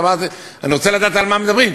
אמרתי שאני רוצה לדעת על מה מדברים,